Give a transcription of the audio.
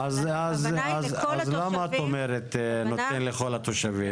אבל ההבנה היא לכל התושבים --- אז למה את אומרת לכל התושבים?